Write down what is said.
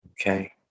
okay